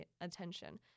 attention